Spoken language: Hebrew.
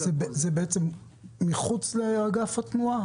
זה מחוץ לאגף התנועה?